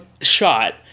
shot